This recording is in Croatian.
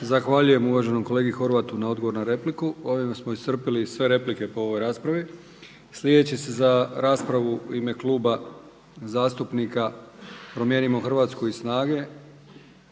Zahvaljujem uvaženoj kolegi Horvatu na odgovor na repliku. Ovima smo iscrpili sve replike po ovoj raspravi. Sljedeći se za raspravu u ime Kluba zastupnika Promijenimo Hrvatsku i SNAGA-e